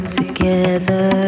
together